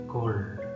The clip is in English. Cold